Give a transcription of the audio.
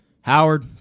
Howard